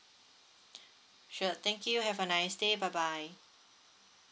sure thank you have a nice day bye bye